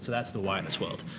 that's the wireless world.